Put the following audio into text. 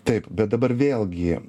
taip bet dabar vėlgi